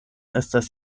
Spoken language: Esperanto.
estas